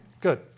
good